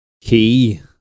key